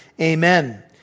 amen